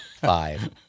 Five